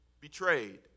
betrayed